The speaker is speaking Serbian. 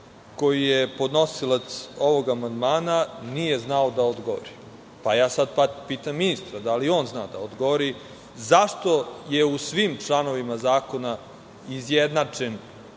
koji je podnosilac ovog amandmana nije znao da odgovori. Ja sada pitam ministra, da li on zna da odgovori - zašto je u svim članovima zakona izjednačen